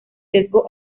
sesgo